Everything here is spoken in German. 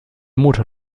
motor